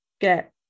get